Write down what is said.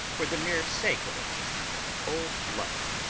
for the mere sake of it, in cold blood,